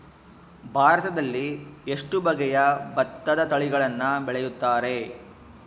ಭಾರತದಲ್ಲಿ ಎಷ್ಟು ಬಗೆಯ ಭತ್ತದ ತಳಿಗಳನ್ನು ಬೆಳೆಯುತ್ತಾರೆ?